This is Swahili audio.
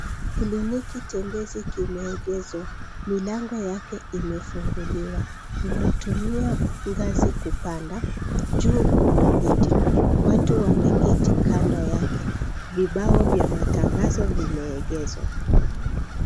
Kliniki tembezi kimeegezwa, milango yake imefunguliwa unatumia ngazi kupanda juu kuna vitu, watu wameketi kando yake, vibao vya matangazo vimeegezwa.